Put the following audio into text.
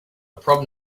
problem